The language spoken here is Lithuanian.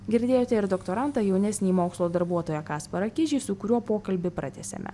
girdėjote ir doktorantą jaunesnįjį mokslo darbuotoją kasparą kižį su kuriuo pokalbį pratęsėme